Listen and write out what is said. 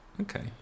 Okay